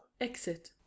Exit